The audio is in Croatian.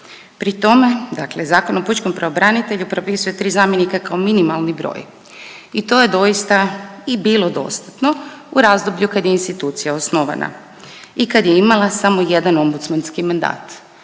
Pri tome, dakle Zakon o pučkom pravobranitelju propisuje tri zamjenika kao minimalni broj i to je doista i bilo dostatno u razdoblju kada je institucija osnovana i kad je imala samo jedan ombudsmanski mandat.